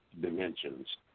dimensions